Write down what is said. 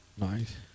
Nice